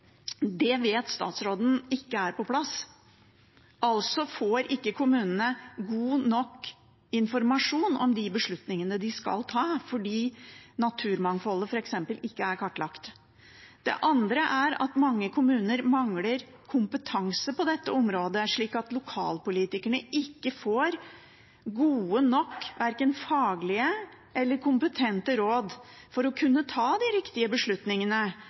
Det vet statsråden ikke er på plass – altså får ikke kommunene god nok informasjon om de beslutningene de skal ta, fordi naturmangfoldet, f.eks., ikke er kartlagt. Mange kommuner mangler kompetanse på dette området, slik at lokalpolitikerne ikke får gode nok faglige eller kompetente råd for å kunne ta de riktige beslutningene